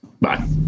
Bye